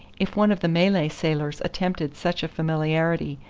if one of the malay sailors attempted such a familiarity,